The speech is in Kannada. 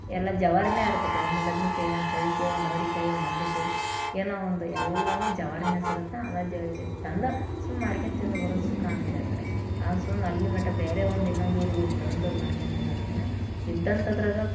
ಎಲ್ಲ ಜವಾರಿಯೇ ಇರ್ತತಿ ಒಂದು ಬದ್ನೆಕಾಯ್ ಒಂದು ಚೌಳಿಕಾಯಿ ಒಂದು ಅವ್ರೆಕಾಯ್ ಒಂದು ಏನೋ ಒಂದು ಎಲ್ಲವೂ ಜವಾರಿಯೇ ಸಿಗತ್ತೆ ಆಮೇಲೆ ತಂದು ತಿಂದ್ಬಿಡುದು ಸುಖ ಅಂತೆ ಆ ಕಡೆ ಅವು ಸುಮ್ನೆ ಅಲ್ಲಿ ಮಟ ಬೇರೆ ಒಂದು ಇನ್ನೊಂದು ಊರಿಗೋಗಿ ತಂದು ಮಾಡ್ಕ್ಯಂಡ್ ತಿನ್ನೊದಕ್ಕಿಂತ ಇದ್ದಂಥದರಾಗ